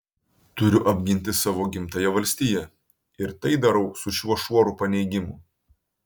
turiu apginti savo gimtąją valstiją ir tai darau su šiuo šuoru paneigimų